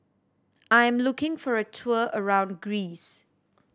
I am looking for a tour around Greece